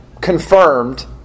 confirmed